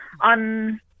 on